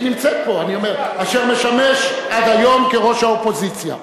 אשר משמש עד היום כראש האופוזיציה.